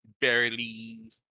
barely